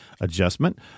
adjustment